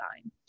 design